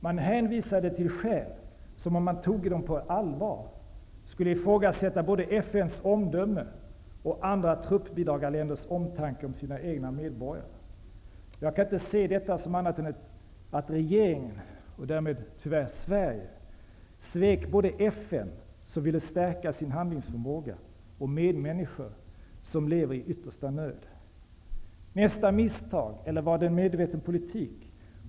Man hänvisade till skäl som, om man toge ta dem på allvar, skulle innebära att både FN:s omdöme och andra truppbidragarländers omtanke om sina egna medborgare ifrågasattes. Jag kan inte se detta som annat än att regeringen, och därmed tyvärr Sverige, svek både FN, som vill stärka sin handlingsförmåga, och medmänniskor som lever i yttersta nöd. Nästa misstag -- eller var det en medveten politik?